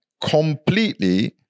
completely